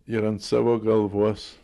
ir ant savo galvos